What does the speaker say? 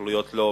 התנחלויות לא,